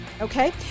okay